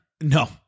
no